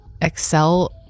Excel